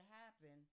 happen